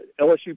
LSU